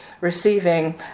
receiving